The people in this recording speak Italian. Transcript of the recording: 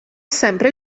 sempre